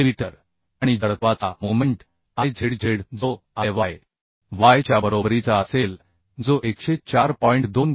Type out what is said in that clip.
millimetre आणि जडत्वाचा moment I z z जो I y y च्या बरोबरीचा असेल जो 104 म्हणून देखील दिला जातो